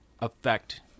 affect